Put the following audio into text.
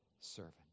servant